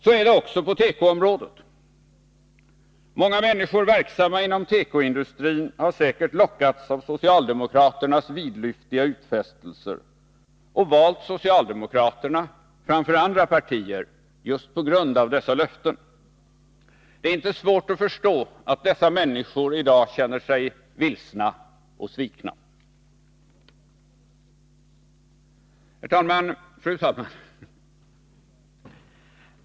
Så är det också på tekoområdet: många människor verksamma inom tekoindustrin har säkert lockats av socialdemokraternas vidlyftiga utfästelser och valt socialdemokraterna framför andra partier just på grund av dessa löften. Det är inte svårt att förstå att dessa människor i dag känner sig vilsna och svikna. Fru talman!